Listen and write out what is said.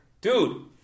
Dude